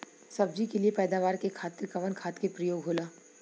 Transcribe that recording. सब्जी के लिए पैदावार के खातिर कवन खाद के प्रयोग होला?